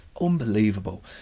unbelievable